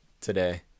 today